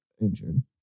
injured